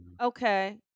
okay